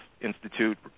institute